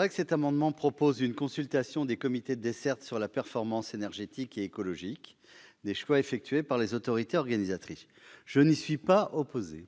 objet de proposer une consultation des comités de dessertes sur la performance énergétique et écologique des choix effectués par les autorités organisatrices. Je n'y suis pas opposé.